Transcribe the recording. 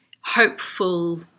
hopeful